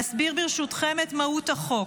אסביר ברשותכם את מהות החוק.